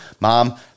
Mom